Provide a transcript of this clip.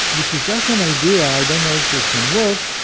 which is just an idea, i don't know if it can work,